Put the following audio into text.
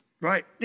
Right